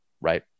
right